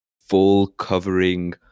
full-covering